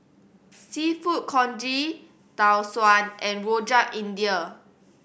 Seafood Congee Tau Suan and Rojak India